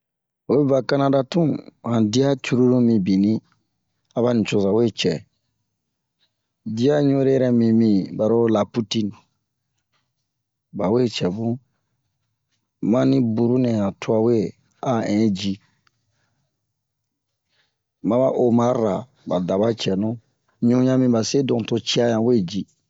o va Kanada tun han diya curulu mibinni aba nucoza we diya ɲun ere yɛrɛ mibin ɓaro la putine ɓawe cɛ mu mani buru nɛ han tuwa we a ɛn ji ma ba omar-ra ɓa da ba cɛnu ɲu ɲan mi ba se donk to ciya ɲan we ji